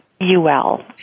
UL